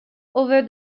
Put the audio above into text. over